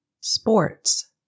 Sports